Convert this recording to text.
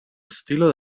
estilo